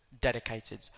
dedicated